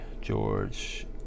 George